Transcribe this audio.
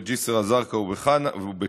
בג'יסר א-זרקא ובכנא,